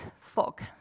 fog